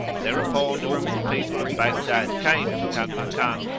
thereupon all the people of baghdad came to kanmakan,